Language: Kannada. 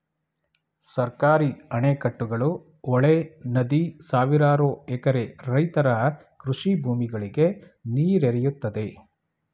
ಸರ್ಕಾರಿ ಅಣೆಕಟ್ಟುಗಳು, ಹೊಳೆ, ನದಿ ಸಾವಿರಾರು ಎಕರೆ ರೈತರ ಕೃಷಿ ಭೂಮಿಗಳಿಗೆ ನೀರೆರೆಯುತ್ತದೆ